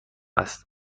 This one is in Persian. است